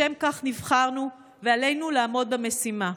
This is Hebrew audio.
לשם כך נבחרנו, ועלינו לעמוד במשימה.